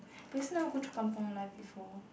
but you also never go through Kampung life before